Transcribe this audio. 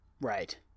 Right